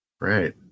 right